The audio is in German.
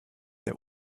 der